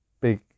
big